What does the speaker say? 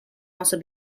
also